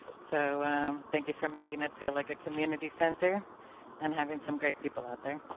so thank you for making it feel like a community center and having some great people out there.